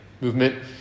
Movement